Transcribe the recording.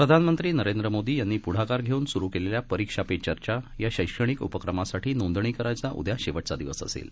प्रधानमंत्री नरेंद्र मोदी यांनी पुढाकार घेऊन सुरू केलेल्या परीक्षा पे चर्चा या शैक्षणिक उपक्रमासाठी नोंदणी करायचा उद्या शेवटचा दिवस असेल